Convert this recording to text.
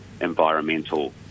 environmental